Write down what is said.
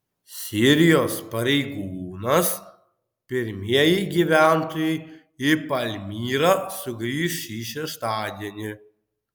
sirijos pareigūnas pirmieji gyventojai į palmyrą sugrįš šį šeštadienį